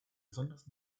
besonders